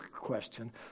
question